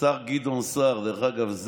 השר גדעון סער, דרך אגב,